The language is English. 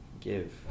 give